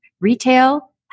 retail